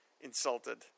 insulted